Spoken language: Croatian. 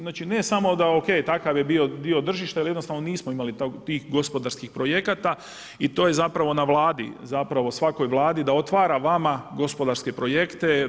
Znači, ne samo da OK, takav je bio dio tržišta jer jednostavno nismo imali tih gospodarskih projekata i to je zapravo na Vladi, zapravo svakoj vladi da otvara vama gospodarske projekte.